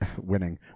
winning